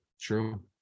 true